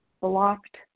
blocked